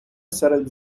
серед